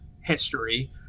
history